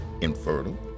infertile